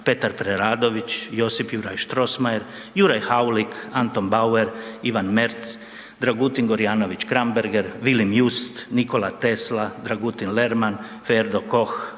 Petar Preradović, Josip Juraj Strossmayer, Juraj Haulik, Anton Bauer, Ivan Merz, Dragutin Gorjanović Kramberger, Vilim Just, Nikola Tesla, Dragutin Lerman, Ferdo Koch,